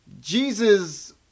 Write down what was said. Jesus